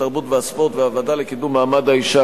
התרבות והספורט והוועדה לקידום מעמד האשה,